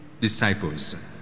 disciples